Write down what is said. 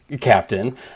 captain